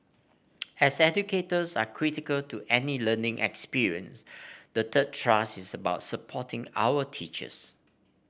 as educators are critical to any learning experience the third thrust is about supporting our teachers